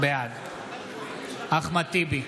בעד אחמד טיבי,